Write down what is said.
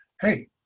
Hey